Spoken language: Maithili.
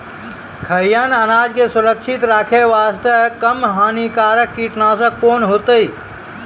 खैहियन अनाज के सुरक्षित रखे बास्ते, कम हानिकर कीटनासक कोंन होइतै?